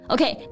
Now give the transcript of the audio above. Okay